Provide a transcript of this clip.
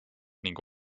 ning